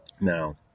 Now